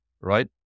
right